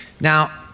Now